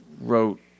wrote